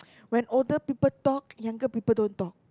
when older people talk younger people don't talk